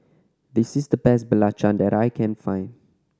this is the best belacan that I can find